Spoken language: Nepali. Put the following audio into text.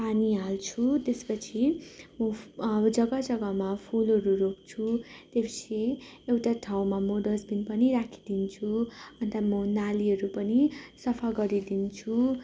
पानी हाल्छु त्यसपछि जग्गा जग्गामा फुलहरू रोप्छु त्यसपछि एउटा ठाउँमा म डस्टबिन पनि राखिदिन्छु अन्त म नालीहरू पनि सफा गरिदिन्छु